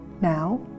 Now